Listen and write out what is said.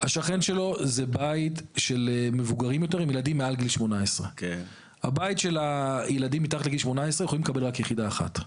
השכן שלו זה בית של מבוגרים יותר עם ילדים מעל גיל 18. הבית של הילדים מתחת לגיל 18 יכולים לקבל רק יחידה אחת.